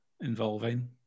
involving